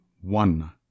one